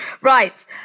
Right